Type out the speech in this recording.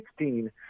16